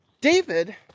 David